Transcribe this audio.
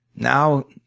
now,